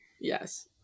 Yes